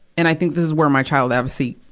and i think this is where my child advocy,